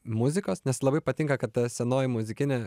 muzikos nes labai patinka kad ta senoji muzikinė